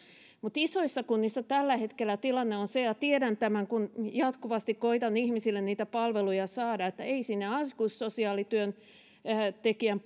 mutta isoissa kunnissa tällä hetkellä tilanne on se ja tiedän tämän kun jatkuvasti koitan ihmisille niitä palveluja saada että ei sinne aikuissosiaalityöntekijän